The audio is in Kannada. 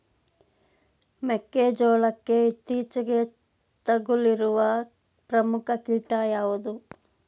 ಮೆಕ್ಕೆ ಜೋಳಕ್ಕೆ ಇತ್ತೀಚೆಗೆ ತಗುಲಿರುವ ಪ್ರಮುಖ ಕೀಟ ಯಾವುದು?